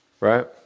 right